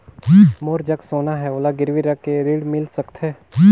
मोर जग सोना है ओला गिरवी रख के ऋण मिल सकथे?